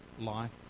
life